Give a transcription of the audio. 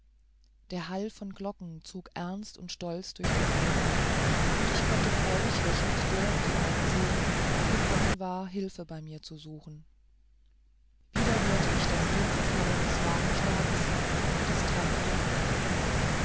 der hall von glocken zog ernst und stolz durch den dom und ich konnte freudig lächelnd der in die augen sehen die gekommen war hilfe bei mir zu suchen wieder hörte ich das dumpfe fallen des wagenschlags und das trappen der hufe